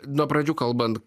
nuo pradžių kalbant